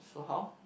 so how